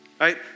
right